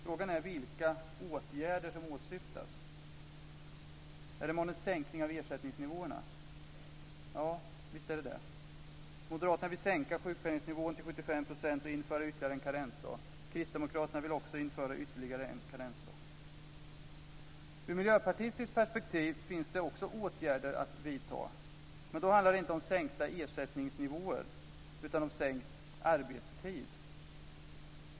Frågan är vilka åtgärder som åsyftas. Är det månne sänkning av ersättningsnivåerna? Ja, visst är det det. Moderaterna vill sänka sjukpenningnivån till 75 % och införa ytterligare en karensdag. Kristdemokraterna vill också införa ytterligare en karensdag. I miljöpartistiskt perspektiv finns det också åtgärder att vidta. Men då handlar det inte om sänkta ersättningsnivåer, utan om sänkt arbetstid.